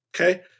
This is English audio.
Okay